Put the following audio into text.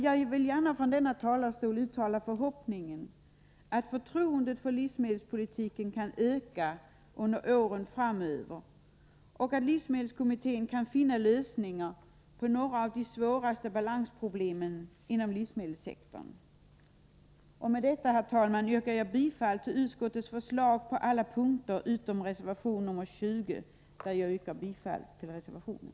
Jag vill gärna från denna talarstol uttala förhoppningen att förtroendet för livsmedelspolitiken kan öka under åren framöver och att livsmedelskommittén kan finna lösningar på några av de svåraste balansproblemen inom livsmedelssektorn. Med detta, herr talman, yrkar jag bifall till utskottets förslag på alla punkter utom den punkt som behandlas i reservation nr 20, där jag yrkar bifall till reservationen.